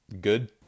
Good